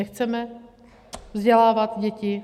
Nechceme vzdělávat děti?